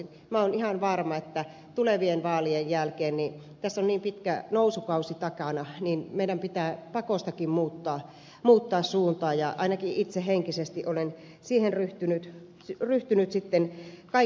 minä olen ihan varma että tulevien vaalien jälkeen tässä on niin pitkä nousukausi takana meidän pitää pakostakin muuttaa suuntaa ja ainakin itse henkisesti olen siihen ryhtynyt kaiken kaikkiaan varautumaan